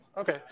okay